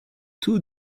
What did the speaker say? too